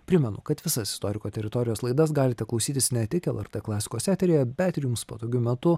primenu kad visas istoriko teritorijos laidas galite klausytis ne tik lrt klasikos eteryje bet ir jums patogiu metu